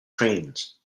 trains